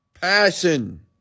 Passion